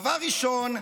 דבר ראשון,